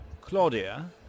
Claudia